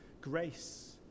grace